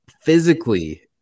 Physically